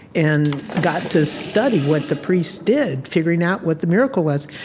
and got to study what the priests did, figuring out what the miracle was.